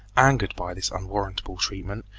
angered by this unwarrantable treatment,